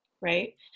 right